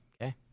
okay